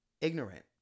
ignorant